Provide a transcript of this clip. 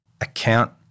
account